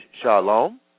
shalom